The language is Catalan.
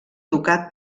ducat